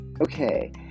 okay